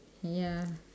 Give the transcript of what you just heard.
ya